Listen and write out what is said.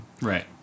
Right